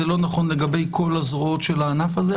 זה לא נכון לגבי כל הזרועות של הענף הזה,